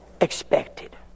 expected